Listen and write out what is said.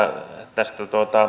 tästä